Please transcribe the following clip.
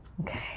Okay